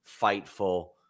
Fightful